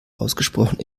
ausgesprochen